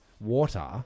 water